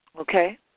okay